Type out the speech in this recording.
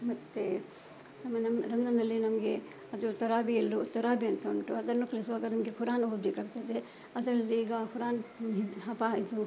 ಮತ್ತೆ ಆಮೇಲೆ ರಂಜಾನಲ್ಲಿ ನಮಗೆ ಅದು ಥರ ಭೀ ಎಲ್ಲು ಥರ ಭೀ ಅಂತ ಉಂಟು ಅದನ್ನು ಕಲಿಸುವಾಗ ನಮಗೆ ಕುರಾನ್ ಓದಲಿಕ್ಕೆ ಆಗ್ತದೆ ಅದರಲ್ಲಿ ಈಗ ಕುರಾನ್ ಈದ್ ಹಫ ಆಯಿತು